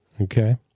okay